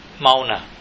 mauna